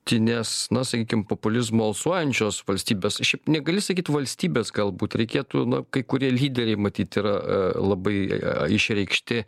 tines na sakykim populizmu alsuojančios valstybės šiaip negali sakyt valstybės galbūt reikėtų na kai kurie lyderiai matyt yra labai išreikšti